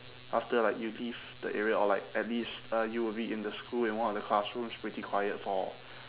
after like you leave the area or like at least uh you would be in the school in one of the classrooms pretty quiet for